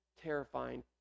terrifying